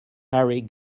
harry